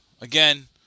again